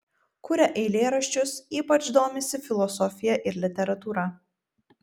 kuria eilėraščius ypač domisi filosofija ir literatūra